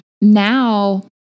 now